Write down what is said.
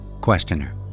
Questioner